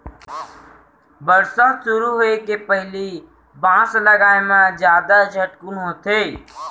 बरसा सुरू होए के पहिली बांस लगाए म जादा झटकुन होथे